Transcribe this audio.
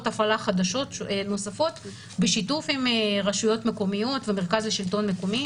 הפעלה נוספות בשיתוף עם רשויות מקומיות ומרכז השלטון המקומי.